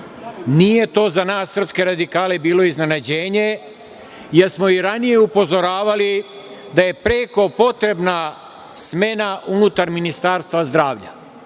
Nije to za nas srpske radikale bilo iznenađenje, jer smo i ranije upozoravali da je preko potrebna smena unutar Ministarstva zdravlja.